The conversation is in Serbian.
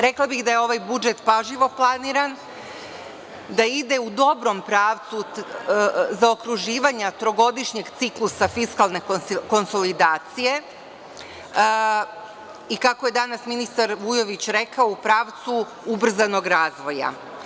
Rekla bih da je ovaj budžet pažljivo planiran, da ide u dobrom pravcu zaokurživanja trogodišnjeg ciklusa fiskalne konsolidacije i, kako je danas minisar Vujović rekao, u pravcu ubrzanog razvoja.